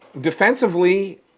Defensively